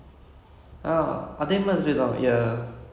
so we've started at iron man and ended at iron man